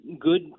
good